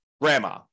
grandma